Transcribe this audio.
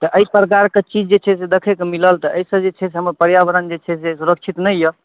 तऽ एहि प्रकार कऽ चीज जे छै से देखै कऽ मिलल तऽ एहिसँ जे छै से मतलब हमर पर्यावरण जे छै से सुरक्षित नहि यऽ